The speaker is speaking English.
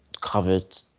covered